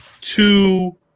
two